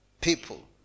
people